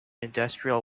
industrial